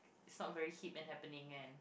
is not very hip and happening and